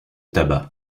tabac